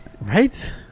Right